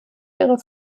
ihre